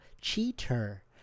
cheater